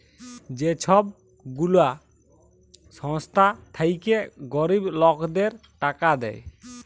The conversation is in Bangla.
যে ছব গুলা সংস্থা থ্যাইকে গরিব লকদের টাকা দেয়